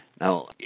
Now